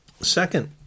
Second